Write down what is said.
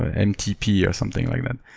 mtp, or something like that.